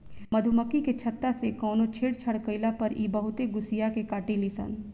मधुमखी के छत्ता से कवनो छेड़छाड़ कईला पर इ बहुते गुस्सिया के काटेली सन